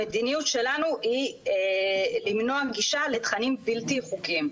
המדיניות שלנו היא למנוע גישה לתכנים בלתי חוקיים,